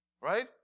Right